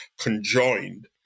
conjoined